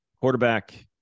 quarterback